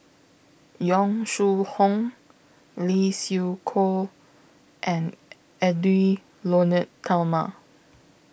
Yong Shu Hoong Lee Siew Choh and Edwy Lyonet Talma